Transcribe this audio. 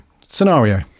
scenario